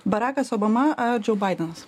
barakas obama ar džou baidenas